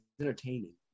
entertaining